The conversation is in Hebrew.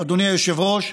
אדוני היושב-ראש,